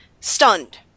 stunned